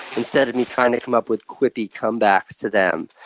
instead of me trying to come up with quippy comebacks to them,